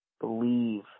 believe